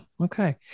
Okay